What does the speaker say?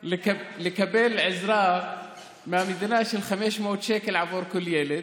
לקבל עזרה מהמדינה של 500 שקל בעבור כל ילד.